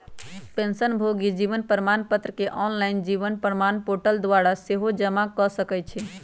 पेंशनभोगी जीवन प्रमाण पत्र के ऑनलाइन जीवन प्रमाण पोर्टल द्वारा सेहो जमा कऽ सकै छइ